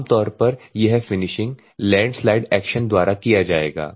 आम तौर पर यह फिनिशिंग लैंडस्लाइड एक्शन द्वारा किया जाएगा